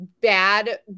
bad